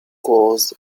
cores